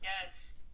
yes